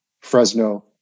Fresno